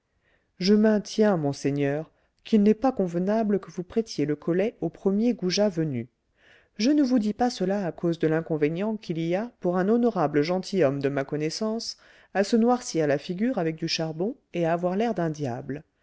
je maintiens monseigneur qu'il n'est pas convenable que vous prêtiez le collet au premier goujat venu je ne vous dis pas cela à cause de l'inconvénient qu'il y a pour un honorable gentilhomme de ma connaissance à se noircir la figure avec du charbon et à avoir l'air d'un diable